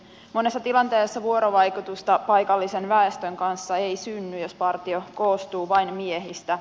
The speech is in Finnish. monessa tilanteessa vuorovaikutusta paikallisen väestön kanssa ei synny jos partio koostuu vain miehistä